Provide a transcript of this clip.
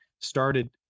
started